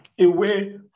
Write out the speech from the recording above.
away